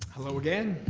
hello again.